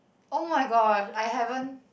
oh-my-god I haven't